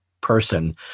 person